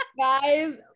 guys